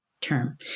term